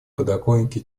подоконнике